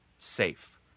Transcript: safe